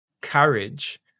courage